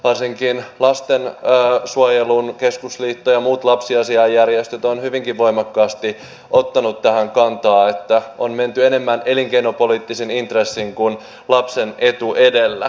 varsinkin lastensuojelun keskusliitto ja muut lapsiasiainjärjestöt ovat hyvinkin voimakkaasti ottaneet tähän kantaa että on menty enemmän elinkeinopoliittisin intressein kuin lapsen etu edellä